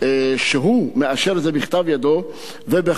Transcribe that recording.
שהוא מאשר את זה בכתב ידו ובחתימתו